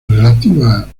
relativa